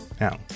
Now